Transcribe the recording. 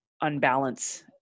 unbalance